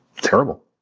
terrible